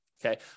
Okay